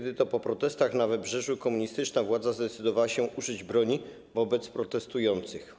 Wtedy to po protestach na Wybrzeżu komunistyczna władza zdecydowała się użyć broni wobec protestujących.